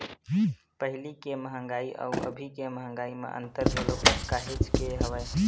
पहिली के मंहगाई अउ अभी के मंहगाई म अंतर घलो काहेच के हवय